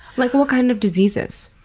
like what kind of diseases?